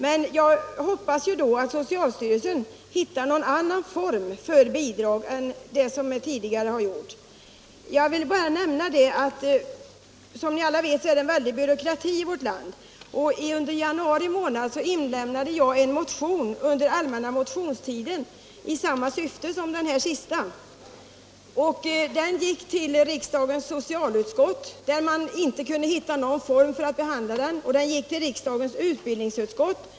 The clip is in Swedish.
Men jag hoppas att socialstyrelsen då hittar någon annan form för bidrag än den hittillsvarande. Alla vet att det råder en väldig byråkrati i vårt land. Under januari månad inlämnade jag en motion under den allmänna motionstiden i samma syfte som med den nu aktuella. Den gick will riksdagens socialutskott, där man inte kunde hitta någon form för att behandla den. Den gick sedan till riksdagens utbildningsutskowt.